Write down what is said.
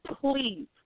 please